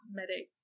medic